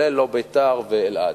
גם לא ביתר ואלעד.